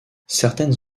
certaines